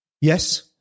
Yes